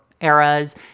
eras